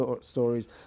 stories